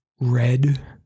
red